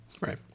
Right